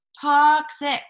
toxic